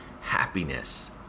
happiness